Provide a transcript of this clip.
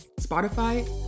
Spotify